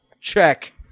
Check